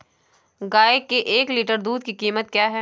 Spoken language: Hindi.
गाय के एक लीटर दूध की कीमत क्या है?